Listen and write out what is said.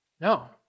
No